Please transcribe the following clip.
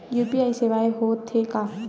UPI सेवाएं हो थे का?